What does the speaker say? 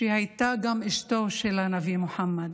שהייתה גם אשתו של הנביא מוחמד.